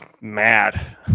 mad